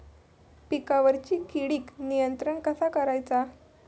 पिकावरची किडीक नियंत्रण कसा करायचा?